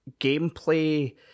gameplay